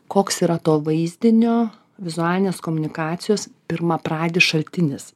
koks yra to vaizdinio vizualinės komunikacijos pirmapradis šaltinis